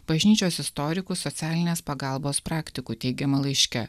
bažnyčios istorikų socialinės pagalbos praktikų teigiama laiške